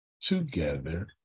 together